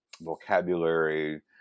vocabulary